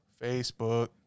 Facebook